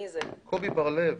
קובי בר-לב.